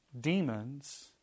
demons